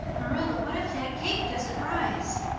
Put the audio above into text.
marilla, what if that cake doesn't rise?